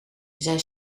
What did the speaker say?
zij